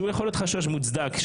שיכול להיות חשש מוצדק,